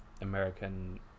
American